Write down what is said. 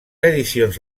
edicions